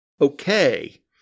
Okay